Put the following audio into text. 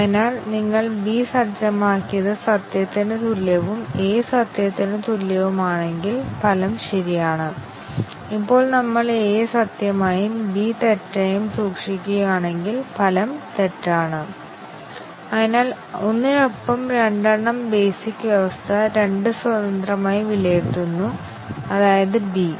ഇപ്പോൾ ഇത് മറ്റൊരു ഉദാഹരണമാണ് ഇവിടെ നമുക്ക് 5 ആറ്റോമിക് അവസ്ഥകളുണ്ട് ഒരു ഷോർട്ട് സർക്യൂട്ട് മൂല്യനിർണ്ണയത്തോടെ ഞങ്ങൾ ഇവിടെ എഴുതിയിട്ടുണ്ടെങ്കിൽ ഷോർട്ട് സർക്യൂട്ട് വിലയിരുത്തലുകൾ ഡാഷായി എഴുതി